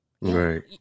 Right